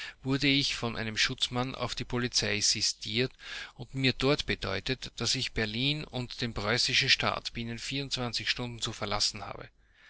wurde ich von einem schutzmann auf die polizei sistiert und mir dort bedeutet daß ich berlin und den preußischen staat binnen vierundzwanzig stunden zu verlassen habe